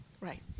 right